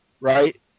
right